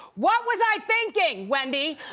what was i thinking, wendy?